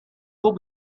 will